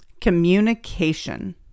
communication